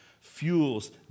fuels